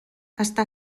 està